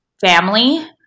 family